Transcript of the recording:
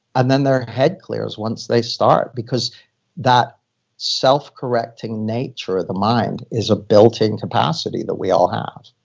and then, their head clears once they start because that self-correcting nature of the mind is a built-in capacity that we all have